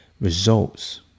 results